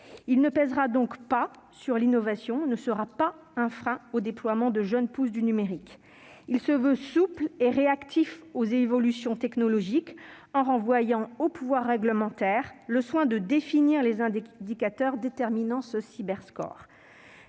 Il ne pèsera donc pas sur l'innovation et ne sera pas non plus un frein au déploiement de jeunes pousses du numérique. Il se veut souple et réactif aux évolutions technologiques, en renvoyant au pouvoir réglementaire le soin de définir des indicateurs de mesure